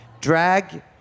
Drag